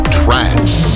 trance